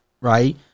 right